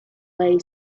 lay